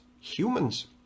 humans